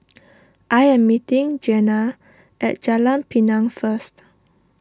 I am meeting Jeanna at Jalan Pinang first